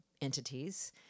entities